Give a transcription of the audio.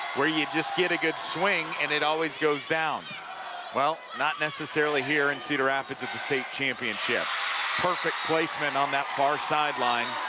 where you just get a good swing, and it always goes down well, not necessarily here at and cedar rapids at the state championship perfect placement on that far sideline.